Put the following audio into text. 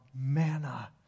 manna